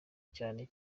cyane